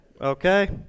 Okay